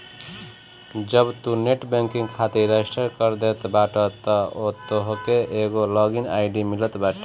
जब तू net banking खातिर रजिस्टर कर देत बाटअ तअ तोहके एगो लॉग इन आई.डी मिलत बाटे